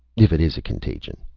if it is a contagion.